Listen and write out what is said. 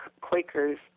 Quakers